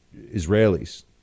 Israelis